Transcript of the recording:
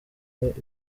ibayeho